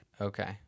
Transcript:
okay